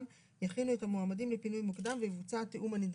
יכינו את המועמדים לפינוי מוקדם ויבוצע התיאום הנדרש.